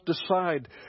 decide